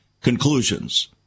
conclusions